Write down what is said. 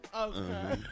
Okay